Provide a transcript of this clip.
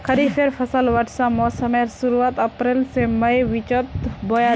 खरिफेर फसल वर्षा मोसमेर शुरुआत अप्रैल से मईर बिचोत बोया जाछे